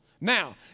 Now